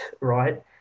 right